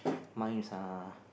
mine is uh